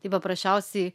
tai paprasčiausiai